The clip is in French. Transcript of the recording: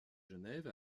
genève